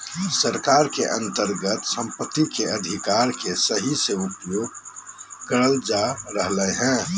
सरकार के अन्तर्गत सम्पत्ति के अधिकार के सही से उपयोग करल जायत रहलय हें